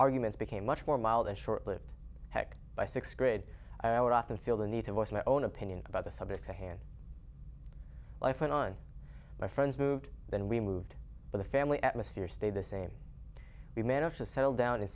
arguments became much more mild and short lived heck by sixth grade i would often feel the need to voice my own opinion about the subject to hand life in on my friends moved then we moved the family atmosphere stayed the same we managed to settle down in